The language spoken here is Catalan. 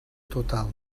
total